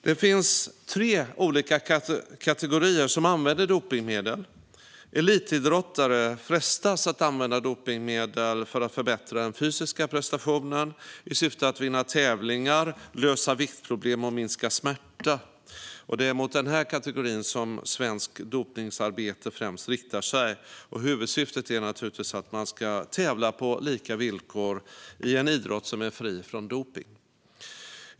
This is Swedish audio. Det finns tre olika kategorier som använder dopningsmedel. Elitidrottare frestas att använda dopningsmedel för att förbättra den fysiska prestationen i syfte att vinna tävlingar, lösa viktproblem och minska smärta. Det är mot denna kategori som svenskt dopningsarbete främst riktar sig. Huvudsyftet är naturligtvis att man ska tävla på lika villkor i en idrott som är fri från dopning.